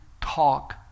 talk